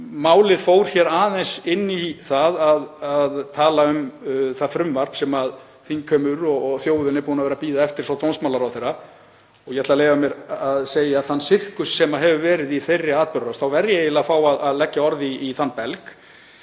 málið fór aðeins inn í það að tala um það frumvarp sem þingheimur og þjóðin eru búin að vera að bíða eftir frá dómsmálaráðherra, og ég ætla að leyfa mér að segja þann sirkus sem hefur verið í þeirri atburðarás, þá verð ég eiginlega að fá að leggja orð í belg